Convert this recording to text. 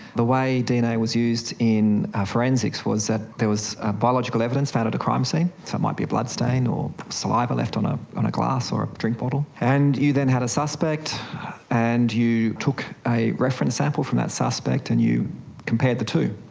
the way dna was used in forensics was that there was biological evidence found at a crime scene, so it might be a bloodstain or saliva left on a on a glass or a drink bottle, and you then had a suspect and you took a reference sample from that suspect and you compared the two.